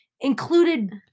included